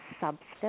substance